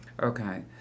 Okay